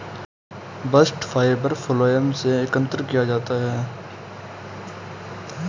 bast fibre phloem से एकत्र किया जाता है